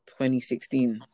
2016